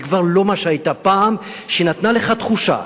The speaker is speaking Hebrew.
היא כבר לא מה שהיתה פעם, שהיא נתנה לך תחושה